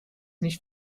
nicht